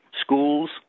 Schools